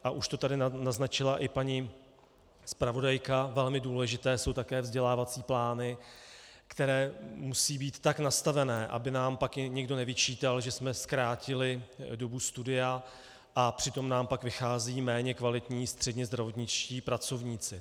A už to tady naznačila i paní zpravodajka, velmi důležité jsou také vzdělávací plány, které musí být nastaveny tak, aby nám pak někdo nevyčítal, že jsme zkrátili dobu studia a přitom nám pak vycházejí méně kvalitní střednězdravotničtí pracovníci.